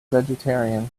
vegetarians